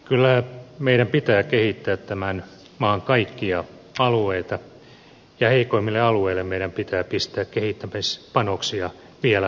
kyllä meidän pitää kehittää tämän maan kaikkia alueita ja heikoimmille alueille meidän pitää pistää kehittämispanoksia vielä enemmän